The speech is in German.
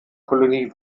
kolonie